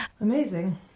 Amazing